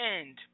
end